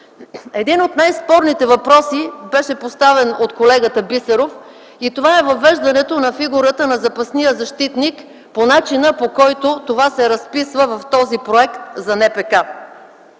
Един от най-спорните въпроси беше поставен от колегата Бисеров и това е въвеждането на фигурата на запасния защитник по начина, по който това се разписва в този проект на НПК.